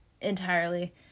entirely